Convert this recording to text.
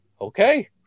okay